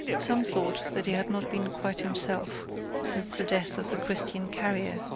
some thought that he had not been quite himself since the death of the christian carrier,